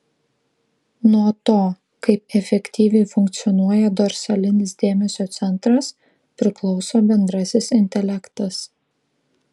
nuo to kaip efektyviai funkcionuoja dorsalinis dėmesio centras priklauso bendrasis intelektas